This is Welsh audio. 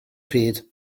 pryd